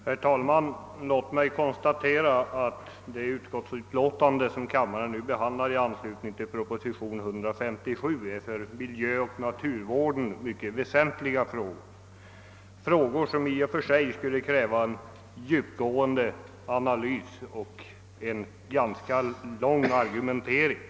Herr talman! Låt mig konstatera att det utskottsutlåtande som kammaren nu behandlar i anslutning till proposition nr 157 gäller för miljöoch naturvården mycket väsentliga frågor, som i och för sig skulle kräva en djupgående analys och en ganska lång argumentering.